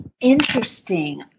Interesting